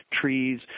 trees